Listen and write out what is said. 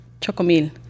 chocomil